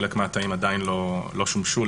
חלק מהתאים עדיין לא השתמשו בהם,